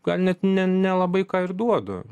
gal net ne nelabai ką ir duoda